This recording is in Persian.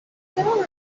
چرا